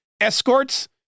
escorts